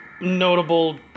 notable